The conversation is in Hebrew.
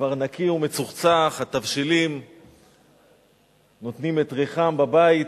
כבר נקי ומצוחצח, התבשילים נותנים את ריחם בבית